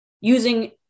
using